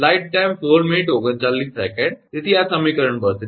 તેથી આ સમીકરણ 32